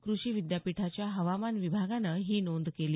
कृषी विद्यापीठाच्या हवामान विभागाने ही नोंद केली